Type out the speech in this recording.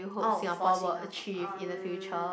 oh for Singapore um